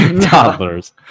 toddlers